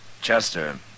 Chester